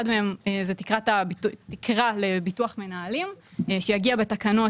אחד מהם הוא תקרה לביטוח מנהלים שיגיע לוועדה בתקנות